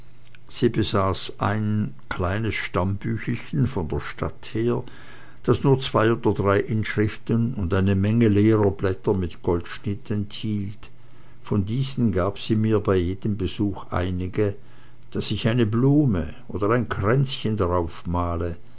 besaß ein kleines stammbüchelchen von der stadt her das nur zwei oder drei inschriften und eine menge leerer blätter mit goldschnitt enthielt von diesen gab sie mir bei jedem besuche einige daß ich eine blume oder ein kränzchen darauf male